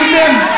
אתם גיניתם?